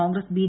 Congress B